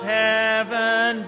heaven